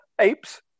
apes